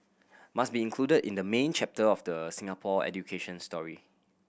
must be included in the main chapter of the Singapore education story